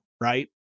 right